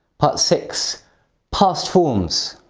part six past forms.